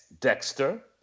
Dexter